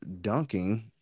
dunking